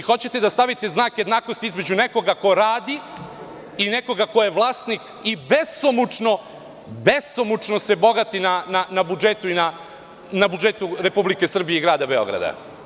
Hoćete da stavite znak jednakosti između nekoga ko radi i nekoga ko je vlasnik i besomučno se bogati na budžetu Republike Srbije i grada Beograda?